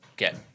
get